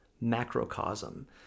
macrocosm